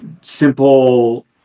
simple